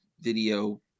video